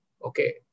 Okay